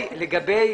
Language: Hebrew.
לגבי